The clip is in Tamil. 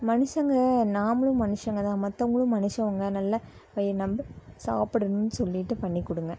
மனுஷங்க நாமளும் மனுஷங்க தான் மத்தவங்களும் மனுஷங்க நல்லா வயிறு ரொம்ப சாப்பிடணுன் சொல்லிவிட்டு பண்ணிக்கொடுங்க